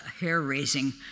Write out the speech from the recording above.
hair-raising